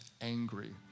angry